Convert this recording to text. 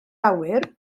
awyr